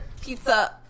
pizza